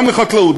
גם לחקלאות,